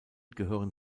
gehören